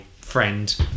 friend